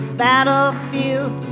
battlefield